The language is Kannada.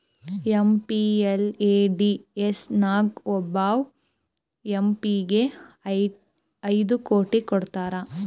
ಎಮ್.ಪಿ.ಎಲ್.ಎ.ಡಿ.ಎಸ್ ನಾಗ್ ಒಬ್ಬವ್ ಎಂ ಪಿ ಗ ಐಯ್ಡ್ ಕೋಟಿ ಕೊಡ್ತಾರ್